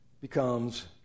becomes